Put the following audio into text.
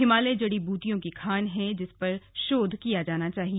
हिमालय जड़ी ब्रूटियों की खान है जिस पर शोध किया जाना चाहिए